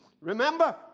remember